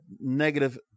negative